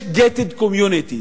יש בארצות-הברית gated communities.